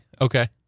okay